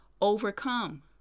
overcome